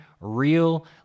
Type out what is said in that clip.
real